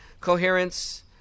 coherence